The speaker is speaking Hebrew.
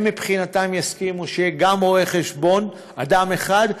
הם מבחינתם יסכימו שיהיה גם רואה-חשבון, אדם אחד,